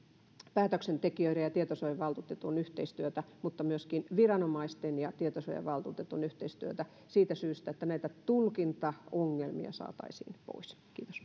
päätöksentekijöiden ja tietosuojavaltuutetun yhteistyötä mutta myöskin viranomaisten ja tietosuojavaltuutetun yhteistyötä siitä syystä että näitä tulkintaongelmia saataisiin pois